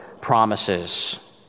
promises